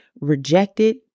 rejected